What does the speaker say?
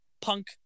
punk